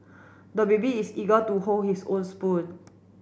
the baby is eager to hold his own spoon